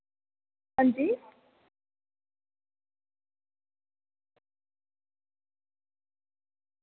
hello